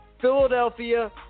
Philadelphia